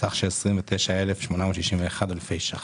סך של 29,861 אלפי שקלים.